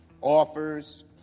offers